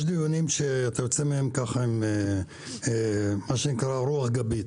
יש דיונים שאתה יוצא מהם עם רוח גבית,